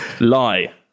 Lie